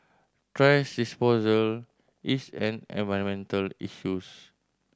trash disposal is an environmental issues